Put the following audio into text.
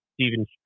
Steven